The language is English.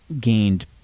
gained